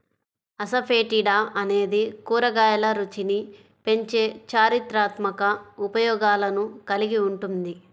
asafoetida అనేది కూరగాయల రుచిని పెంచే చారిత్రాత్మక ఉపయోగాలను కలిగి ఉంటుంది